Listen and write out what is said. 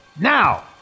Now